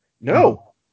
No